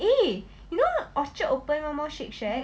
eh you know orchard open one more shake shack